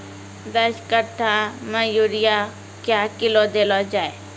दस कट्ठा मे यूरिया क्या किलो देलो जाय?